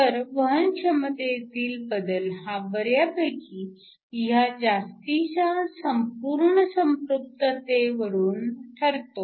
तर वहनक्षमतेतील बदल हा बऱ्यापैकी ह्या जास्तीच्या संपूर्ण संपृक्ततेवरून ठरतो